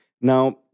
Now